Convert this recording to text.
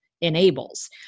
enables